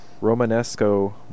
Romanesco